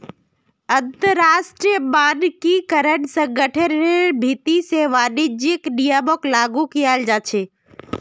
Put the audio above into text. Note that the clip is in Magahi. अंतरराष्ट्रीय मानकीकरण संगठनेर भीति से वाणिज्यिक नियमक लागू कियाल जा छे